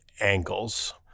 angles